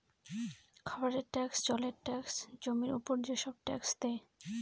খাবারের ট্যাক্স, জলের ট্যাক্স, জমির উপর যেসব ট্যাক্স দেয়